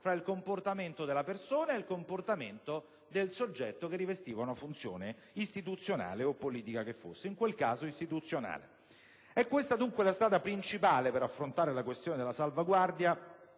tra il comportamento della persona e il comportamento del soggetto che rivestiva una funzione istituzionale o politica che fosse (in quel caso istituzionale). È questa dunque la strada principale per affrontare la questione della salvaguardia,